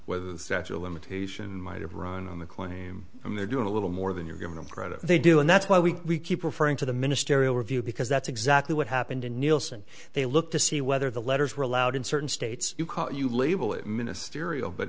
whether the statue of limitation might have run on the claim from their doing a little more than you're giving them credit they do and that's why we keep referring to the ministerial review because that's exactly what happened in nielsen they look to see whether the letters were allowed in certain states you label it ministerial but